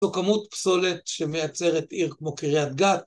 אותה כמות פסולת שמייצרת עיר כמו קריית גת